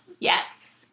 Yes